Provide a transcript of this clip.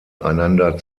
einander